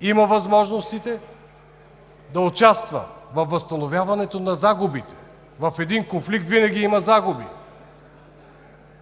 има възможност да участва във възстановяването на загубите. В един конфликт винаги има загуби.